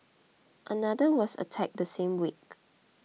another was attacked the same week